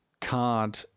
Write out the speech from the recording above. card